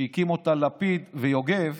שהקימו אותה לפיד ויוגב,